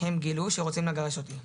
הם גילו שרוצים לגרש אותי,